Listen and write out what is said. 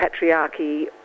patriarchy